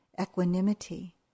equanimity